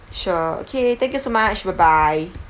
sure okay thank you so much bye bye